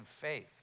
faith